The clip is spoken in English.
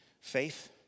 Faith